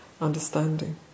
understanding